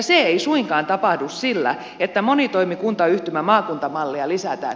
se ei suinkaan tapahdu sillä että monitoimikuntayhtymämaakunta mallia lisätään